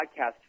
podcast